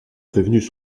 prévenus